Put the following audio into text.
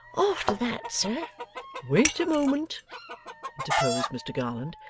after that, sir wait a moment interposed mr garland.